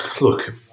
Look